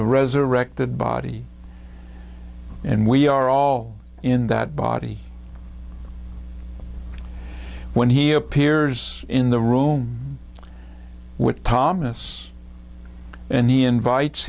resurrected body and we are all in that body when he appears in the room with thomas and he invites